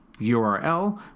URL